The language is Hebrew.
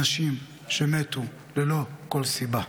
אנשים שמתו ללא כל סיבה.